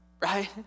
Right